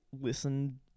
listen